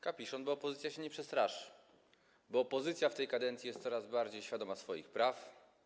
Kapiszon, bo opozycja się nie przestraszy, bo opozycja w tej kadencji jest coraz bardziej świadoma swoich praw.